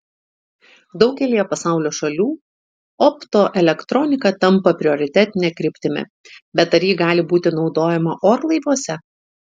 daugelyje pasaulio šalių optoelektronika tampa prioritetine kryptimi bet ar ji gali būti naudojama orlaiviuose